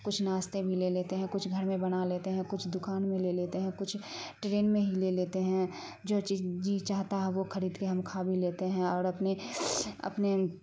کچھ ناشتے بھی لے لیتے ہیں کچھ گھر میں بنا لیتے ہیں کچھ دکان میں لے لیتے ہیں کچھ ٹرین میں ہی لے لیتے ہیں جو چیز جی چاہتا ہے وہ خرید کے ہم کھا بھی لیتے ہیں اور اپنے اپنے